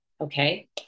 okay